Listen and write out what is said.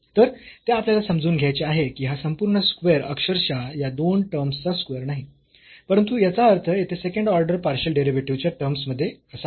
तर ते आपल्याला समजून घ्यायचे आहे की हा संपूर्ण स्क्वेअर अक्षरशः या दोन टर्म्सचा स्क्वेअर नाही परंतु याचा अर्थ येथे सेकंड ऑर्डर पार्शियल डेरिव्हेटिव्हच्या टर्म्स मध्ये असा आहे